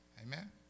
Amen